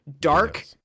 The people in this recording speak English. dark